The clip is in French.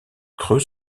creux